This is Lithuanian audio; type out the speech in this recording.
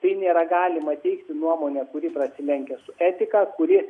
tai nėra galima teikti nuomonę kuri prasilenkia su etika kuri